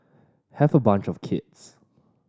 have a bunch of kids